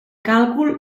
càlcul